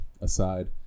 aside